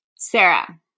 Sarah